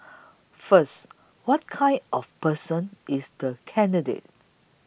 first what kind of person is the candidate